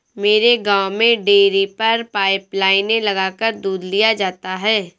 मेरे गांव में डेरी पर पाइप लाइने लगाकर दूध लिया जाता है